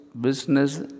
business